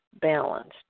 balanced